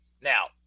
Now